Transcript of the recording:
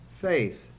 faith